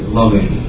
loving